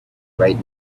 right